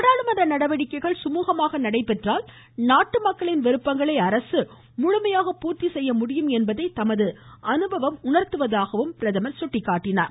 நாடாளுமன்ற நடவடிக்கைகள் சுமூகமாக நடைபெற்றால் நாட்டு மக்களின் விருப்பங்களை அரசு முழுமையாக பூர்த்தி செய்ய முடியும் என்பதை தமது அனுபவம் உணர்த்துவதாக எடுத்துரைத்தார்